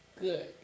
Good